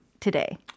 today